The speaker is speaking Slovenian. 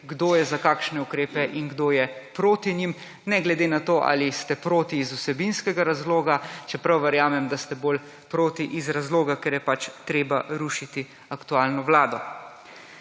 kdo je za kakšne ukrepe in kdo je proti njim, ne glede na to ali ste proti iz vsebinskega razloga, čeprav verjamem, da ste bolj proti iz razloga, ker je pač treba rušiti aktualno vlado.